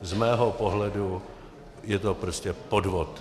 Z mého pohledu je to prostě podvod.